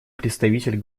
представитель